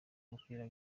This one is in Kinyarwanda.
umupira